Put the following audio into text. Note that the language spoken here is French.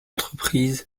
entreprise